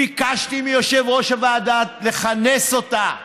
ביקשתי מיושב-ראש הוועדה לכנס אותה,